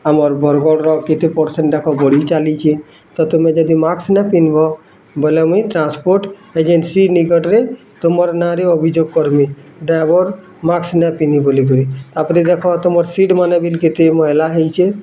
ଆମର୍ ବରଗଡ଼ର କେତେ ପରସେଣ୍ଟ୍ ଏକା ବଢ଼ି ଚାଲିଛି ତ ତମେ ଯଦି ମାସ୍କ୍ ନାଇଁ ପିନ୍ଧିବ ବୋଲେ ମୁଇଁ ଟ୍ରାନ୍ସପୋର୍ଟ ଏଜେନ୍ସି ନିକଟରେ ତୁମର ନାଁରେ ଅଭିଯୋଗ କରମି ଡ୍ରାଇଭର୍ ମାସ୍କ୍ ନାଇଁ ପିନ୍ଧି ବୋଲିକରି ତାପରେ ଦେଖ ତମର୍ ସିଟ୍ମାନେ ବିଲ୍ କେତେ ମଏଲା ହେଇଛେ